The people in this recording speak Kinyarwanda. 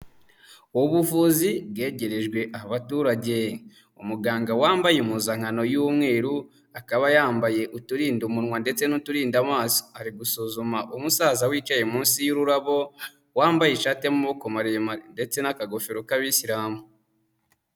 Ubuvuzi bwegerejwe abaturage, umuganga wambaye impuzankano y'umweru, akaba yambaye uturinda umunwa ndetse n'uturinda amaso, ari gusuzuma umusaza wicaye munsi y'ururabo, wambaye ishati y'amaboko maremare, ndetse n'akagofero k'abisilamu.